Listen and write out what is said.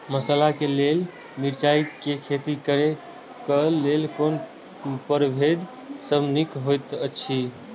मसाला के लेल मिरचाई के खेती करे क लेल कोन परभेद सब निक होयत अछि?